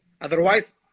Otherwise